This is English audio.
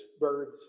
birds